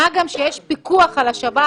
מה גם שיש פיקוח על השב"כ.